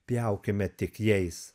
pjaukime tik jais